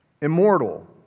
immortal